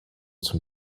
zum